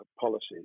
policies